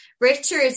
Richard